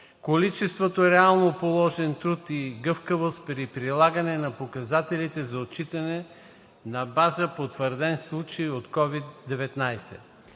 количеството реално положен труд и гъвкавост при прилагане на показателите за отчитане на база потвърден случай от COVID-19.